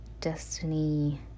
Destiny